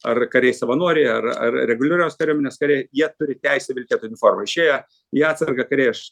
ar kariai savanoriai ar ar reguliarios kariuomenės kariai jie turi teisę vilkėt uniformą išėję į atsargą kariai aš